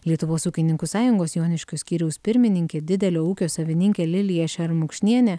lietuvos ūkininkų sąjungos joniškio skyriaus pirmininkė didelio ūkio savininkė lilija šermukšnienė